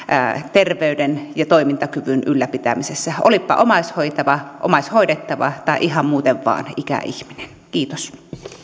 terveyden ja toimintakyvyn ylläpitämisessä olipa kyseessä omaishoitaja omaishoidettava tai ihan muuten vain ikäihminen kiitos